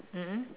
mm mm